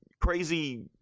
crazy